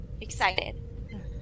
excited